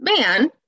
man